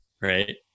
right